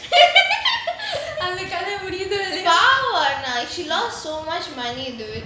அந்த கத முடியுதோ இல்லையோ பாவம்:antha katha mudiyutho illayo paavam she lost so much money dude